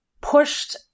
pushed